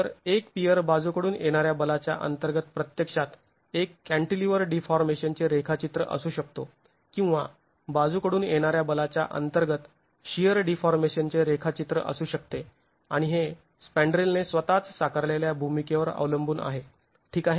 तर एक पियर बाजूकडून येणाऱ्या बलाच्या अंतर्गत प्रत्यक्षात एक कॅंटीलीवर डीफॉर्मेशनचे रेखाचित्र असू शकतो किंवा बाजूकडून येणाऱ्या बलाच्या अंतर्गत शियर डीफॉर्मेशनचे रेखाचित्र असू शकते आणि हे स्पँड्रेलने स्वतःच साकारलेल्या भूमिकेवर अवलंबून आहे ठीक आहे